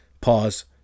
Pause